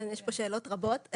יש פה שאלות רבות.